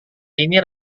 ini